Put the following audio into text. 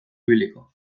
ibiliko